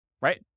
right